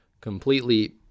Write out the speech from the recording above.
completely